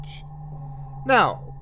Now